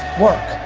work.